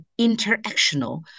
interactional